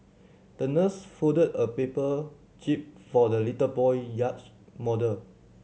the nurse folded a paper jib for the little boy yacht model